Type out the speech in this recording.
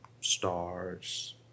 stars